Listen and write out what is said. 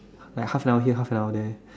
like half an hour here half an hour there